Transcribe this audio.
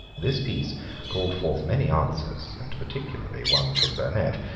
this piece called forth many answers, and particularly one from burnet,